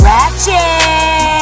Ratchet